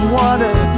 water